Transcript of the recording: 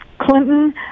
Clinton